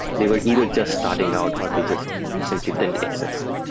they were either just starting out or they just simply didn't exist.